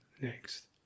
Next